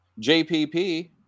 JPP